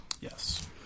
Yes